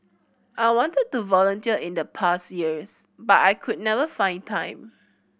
I wanted to volunteer in the past years but I could never find time